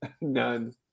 None